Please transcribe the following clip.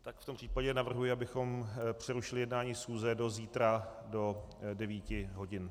V tom případě navrhuji, abychom přerušili jednání schůze do zítra do 9 hodin.